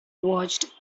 watched